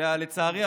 לצערי,